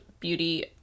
beauty